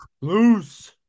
loose